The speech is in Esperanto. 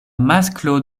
masklo